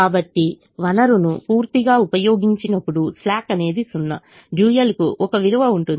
కాబట్టి వనరును పూర్తిగా ఉపయోగించినప్పుడు స్లాక్ అనేది 0 డ్యూయల్కు ఒక విలువ ఉంటుంది